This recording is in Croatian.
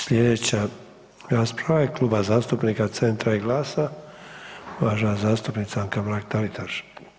Sljedeća rasprava je Kluba zastupnika Centra i GLAS-a, uvažena zastupnica Anka Mrak-Taritaš.